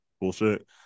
bullshit